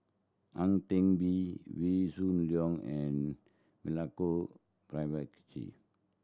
Ang Teck Bee Wee Shoo Leong and Milenko Prvacki